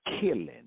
killing